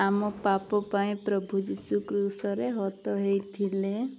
ଆମ ପାପ ପାଇଁ ପ୍ରଭୁ ଜିଶୁ କୃଷରେ ହତ ହେଇଥିଲେ